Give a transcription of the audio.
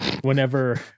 whenever